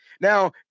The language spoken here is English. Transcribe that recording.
Now